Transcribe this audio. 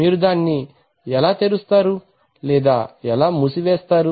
మీరు దాన్ని ఎలా దానిని తెరుస్తారు లేదా మూసి వేస్తారు